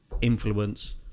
influence